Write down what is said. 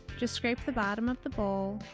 just scrape the bottom of the bowl.